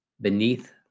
Beneath